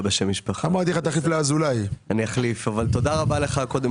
תודה רבה לך, קודם